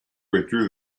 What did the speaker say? withdrew